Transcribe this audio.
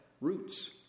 roots